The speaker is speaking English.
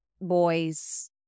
boys